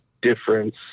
difference